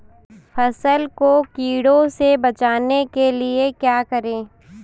फसल को कीड़ों से बचाने के लिए क्या करें?